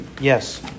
Yes